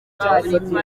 parike